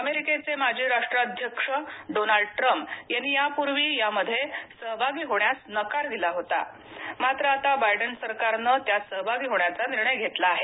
अमेरिकेचे माजी राष्ट्राध्यक्ष डोनाल्ड ट्रम्प यांनी यापूर्वी यामध्ये सहभागी होण्यास नकार दिला होता मात्र आता बायडन सरकारने त्यात सहभागी होण्याचा निर्णय घेतला आहे